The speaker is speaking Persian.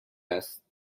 است